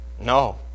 No